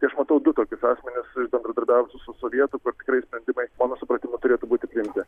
tai aš matau du tokius asmenis iš bendradarbiavusių su sovietų kur tikrai sprendimai mano supratimu turėtų būti priimti